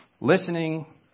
Listening